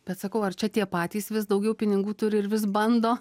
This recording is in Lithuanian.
bet sakau ar čia tie patys vis daugiau pinigų turi ir vis bando